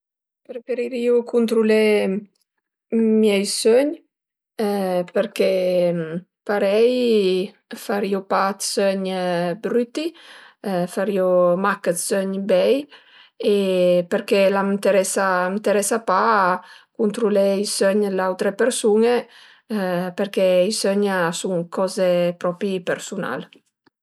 Preferirìu cuntrulé miei sögn përché parei farìu pa 'd sögn brüti, farìu mach 'd sögn bei e përché a m'enteresa a m'enteresa pa cuntrulé i sögm d'gl'autre persun-e përché i sögn a sun 'd coze propi persunal